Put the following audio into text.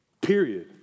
Period